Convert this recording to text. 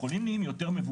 החולים נהיים יותר מבוגרים.